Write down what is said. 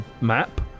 map